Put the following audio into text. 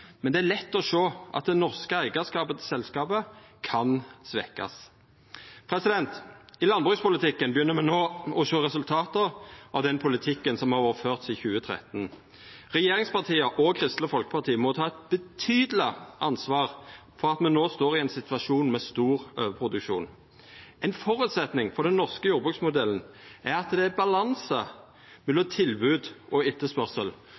men det er lett å sjå at det norske eigarskapet til selskapet kan verta svekt. I landbrukspolitikken begynner me no å sjå resultata av den politikken som har vore ført sidan 2013. Regjeringspartia og Kristeleg Folkeparti må ta eit betydeleg ansvar for at me no står i ein situasjon med stor overproduksjon. Ein føresetnad for den norske jordbruksmodellen er at det er balanse mellom tilbod og